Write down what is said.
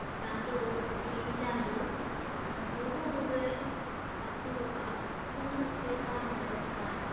ᱪᱟᱸᱫᱳ ᱥᱤᱧ ᱪᱟᱸᱫᱚ ᱵᱩᱨᱩ ᱨᱮ ᱦᱟᱹᱥᱩᱨᱚᱜᱟᱭ ᱛᱤᱱᱟᱹᱜ ᱪᱮᱦᱨᱟᱭ ᱧᱮᱞᱚᱜ ᱟ